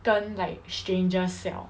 跟 like stranger 笑